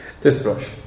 Toothbrush